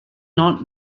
not